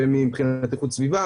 ומבחינת איכות סביבה.